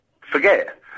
forget